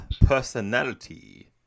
personality